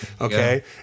okay